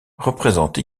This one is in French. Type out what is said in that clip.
représente